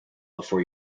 before